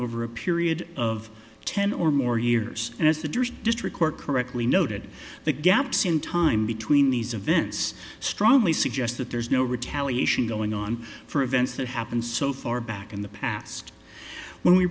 over a period of ten or more years and as the district court correctly noted the gaps in time between these events strongly suggest that there's no retaliation going on for events that happened so far back in the past when we